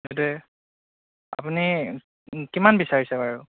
সেইটোৱে আপুনি কিমান বিচাৰিছে বাৰু